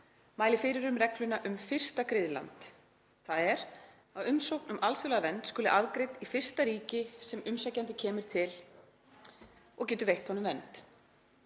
mæli fyrir um regluna um fyrsta griðland, þ.e. að umsókn um alþjóðlega vernd skuli afgreidd í fyrsta ríki sem umsækjandi kemur til og getur veitt honum vernd.